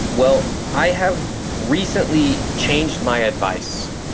well, i have recently changed my advice.